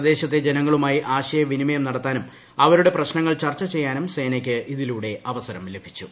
പ്രദേശത്തെ ജനങ്ങളുമായി ആശയവിനിമയം നടത്താനും അവരുടെ പ്രശ്നങ്ങൾ ചർച്ച ചെയ്യാനും സേനയ്ക്ക് ഇതിലൂടെ അവസരം ലഭിച്ചു